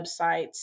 websites